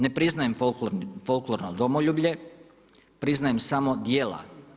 Ne priznajem folklorno domoljublje, priznajem samo djela.